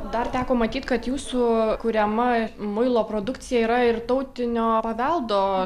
dar teko matyt kad jūsų kuriama muilo produkcija yra ir tautinio paveldo